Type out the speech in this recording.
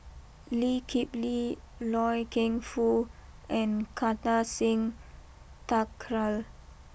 Lee Kip Lee Loy Keng Foo and Kartar Singh Thakral